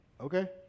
okay